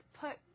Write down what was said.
put